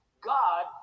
God